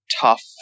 tough